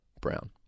Brown